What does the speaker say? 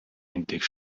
endlich